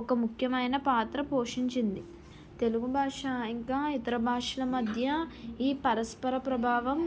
ఒక ముఖ్యమైన పాత్ర పోషించింది తెలుగు భాష ఇంకా ఇతర భాషల మధ్య ఈ పరస్పర ప్రభావం